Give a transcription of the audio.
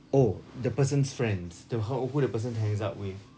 oh the person's friends the or who the person hangs out with